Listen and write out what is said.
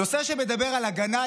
נושא שמדבר על הגנה,